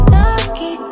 lucky